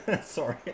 Sorry